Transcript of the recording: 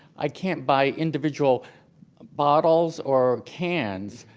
i can't buy individual bottles or cans.